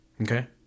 Okay